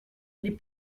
les